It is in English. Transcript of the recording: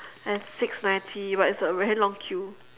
it's six ninety but it's a very long queue